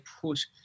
put –